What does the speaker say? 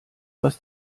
was